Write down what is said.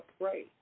pray